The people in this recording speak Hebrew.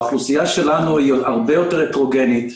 האוכלוסייה שלנו הרבה יותר הטרוגנית.